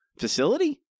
facility